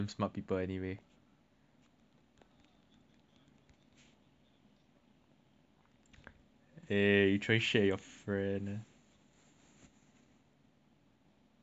eh you throwing shade at your friend